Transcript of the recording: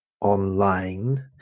online